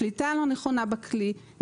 שליטה לא נכונה בכלי,